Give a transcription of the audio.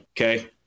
Okay